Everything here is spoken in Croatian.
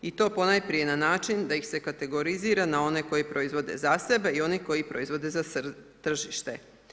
I to ponajprije na način da ih se kategorizira na one koji proizvode za sebe i oni koji proizvode za tržište.